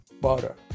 butter